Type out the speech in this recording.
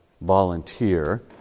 volunteer